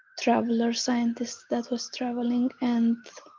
traveler scientist that was traveling and